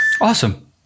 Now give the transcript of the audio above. Awesome